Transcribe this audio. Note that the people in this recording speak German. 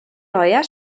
neuer